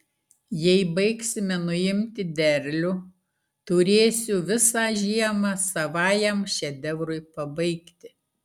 jei baigsime nuimti derlių turėsiu visą žiemą savajam šedevrui pabaigti